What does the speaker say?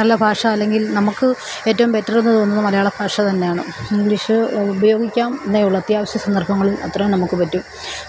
നല്ല ഭാഷ അല്ലെങ്കിൽ നമ്മള്ക്ക് ഏറ്റവും ബെറ്ററെന്നു തോന്നുന്ന മലയാളം ഭാഷ തന്നെയാണ് ഇംഗ്ലീഷ് ഉപയോഗിക്കാം എന്നെ ഉള്ളൂ അത്യാവശ്യ സന്ദർഭങ്ങളിൽ അത്രയേ നമ്മള്ക്കു പറ്റൂ